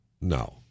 No